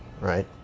right